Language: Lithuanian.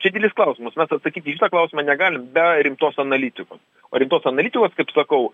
čia didelis klausimas mes atsakyt į šitą klausimą negali be rimtos analitikos o rimtos analitikos kaip sakau